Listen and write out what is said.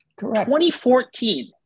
2014